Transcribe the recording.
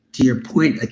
to your point,